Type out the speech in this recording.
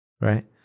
Right